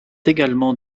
également